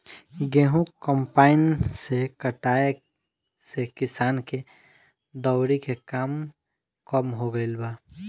गेंहू कम्पाईन से कटाए से किसान के दौवरी के काम कम हो गईल बा